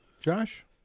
Josh